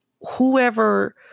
whoever